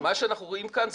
מה שאנחנו רואים כאן,